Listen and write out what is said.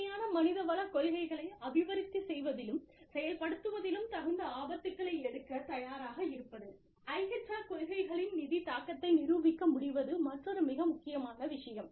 புதுமையான மனிதவள கொள்கைகளை அபிவிருத்தி செய்வதிலும் செயல்படுத்துவதிலும் தகுந்த ஆபத்துக்களை எடுக்கத் தயாராக இருப்பது IHR கொள்கைகளின் நிதி தாக்கத்தை நிரூபிக்க முடிவது மற்றொரு மிக முக்கியமான விஷயம்